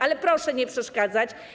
Ale proszę nie przeszkadzać.